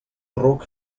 ruc